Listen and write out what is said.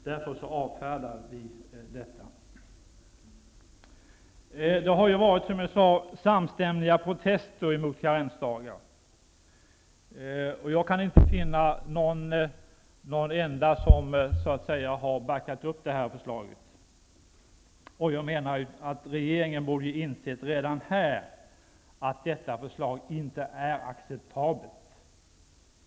Därför avfärdar vi detta förslag. Det har varit samstämmiga protester mot karensdagar, som jag sade. Jag kan inte finna någon som har backat upp det här förslaget. Regeringen borde redan här ha insett att detta förslag inte är acceptabelt.